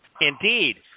indeed